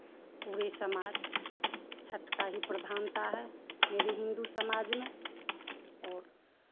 पूरे समाज छठ का ही प्रधानता है मेरे हिन्दू समाज में और